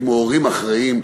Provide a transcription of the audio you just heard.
כמו הורים אחראיים,